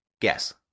guess